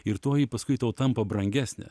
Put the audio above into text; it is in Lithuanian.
ir toji paskui tau tampa brangesnė